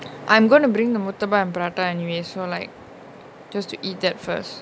I'm going to bring the murtabak and prata anyway so like just to eat that first